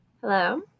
Hello